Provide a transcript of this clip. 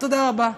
תודה רבה.